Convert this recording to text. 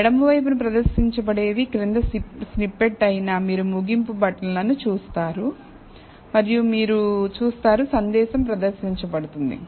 ఎడమ వైపున ప్రదర్శించబడేవి క్రింది స్నిప్పెట్ఆయన మీరు ముగింపు బటన్ను చూస్తారు మరియు మీరు చూస్తారు సందేశం ప్రదర్శించబడుతుంది